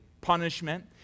punishment